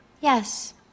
Yes